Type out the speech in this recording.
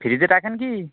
ফ্রিজে রাখেন কি